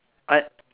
I